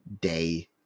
day